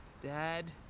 Dad